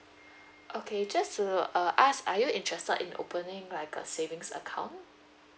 okay just to uh ask are you interested in opening like a savings account